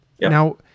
Now